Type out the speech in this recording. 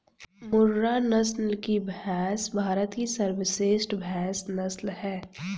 मुर्रा नस्ल की भैंस भारत की सर्वश्रेष्ठ भैंस नस्ल है